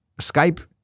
Skype